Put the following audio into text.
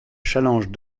challenge